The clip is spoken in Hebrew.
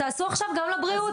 תעשו עכשיו גם לבריאות.